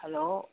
hello